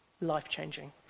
life-changing